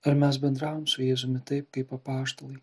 ar mes bendravom su jėzumi taip kaip apaštalai